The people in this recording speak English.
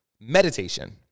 Meditation